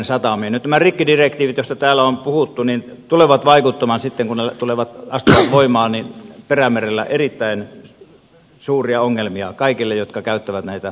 nyt nämä rikkidirektiivit joista täällä on puhuttu tulevat aiheuttamaan sitten kun ne astuvat voimaan perämerellä erittäin suuria ongelmia kaikille jotka käyttävät näitä kulkureittejä